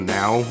now